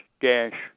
dash